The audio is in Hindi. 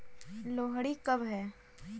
लोहड़ी कब है?